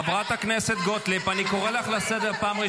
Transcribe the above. חבר הכנסת גוטליב, תודה.